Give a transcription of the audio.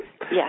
Yes